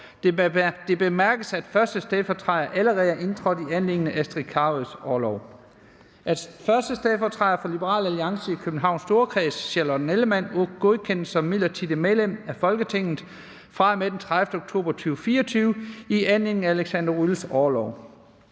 Det bemærkes, at 1. stedfortræder allerede er indtrådt i anledning af Astrid Carøes orlov. Jeg har herudover modtaget indstilling om, at 1. stedfortræder for Liberal Alliance i Københavns Storkreds, Charlotte Nellemann, godkendes som midlertidigt medlem fra den 30. oktober 2024 i anledning af Alexander Ryles orlov.